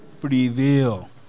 prevail